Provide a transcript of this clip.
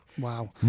Wow